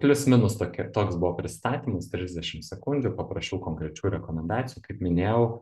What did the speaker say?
plius minus tokie toks buvo prisistatymas trisdešim sekundžių paprašiau konkrečių rekomendacijų kaip minėjau